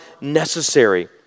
necessary